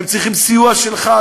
הם צריכים סיוע שלך,